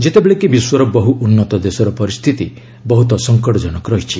ଯେତେବେଳ କି ବିଶ୍ୱର ବହୁ ଉନ୍ନତ ଦେଶର ପରିସ୍ଥିତି ବହୁତ ସଙ୍କଟଜନକ ରହିଛି